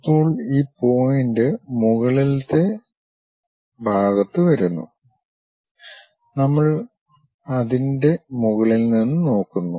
ഇപ്പോൾ ഈ പോയിന്റ് മുകളിലെ ഭാഗത്ത് വരുന്നു നമ്മൾ അതിന്റെ മുകളിൽ നിന്ന് നോക്കുന്നു